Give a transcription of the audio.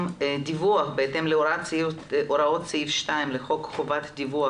הוא דיווח בהתאם להוראות סעיף 2 לחוק חובת דיווח